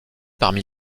parmi